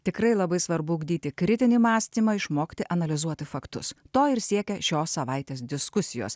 tikrai labai svarbu ugdyti kritinį mąstymą išmokti analizuoti faktus to ir siekia šios savaitės diskusijos